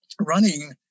running